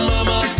Mama